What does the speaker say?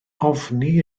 ofni